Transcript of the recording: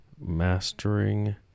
mastering